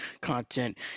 content